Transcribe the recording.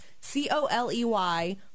C-O-L-E-Y